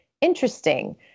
interesting